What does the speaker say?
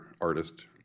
artist